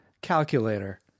calculator